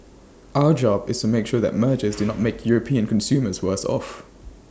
our job is to make sure that mergers do not make european consumers worse off